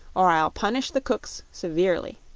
or i'll punish the cooks severely.